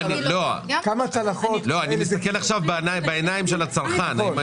אני מנסה להיכנס לעיניים של הצרכן.